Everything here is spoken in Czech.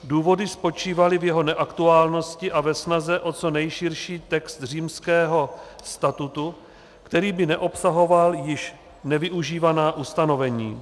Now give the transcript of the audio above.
Důvody spočívaly v jeho neaktuálnosti a ve snaze o co nejširší text Římského statutu, který by neobsahoval již nevyužívaná ustanovení.